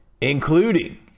including